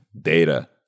data